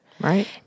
Right